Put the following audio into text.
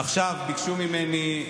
עכשיו ביקשו ממני,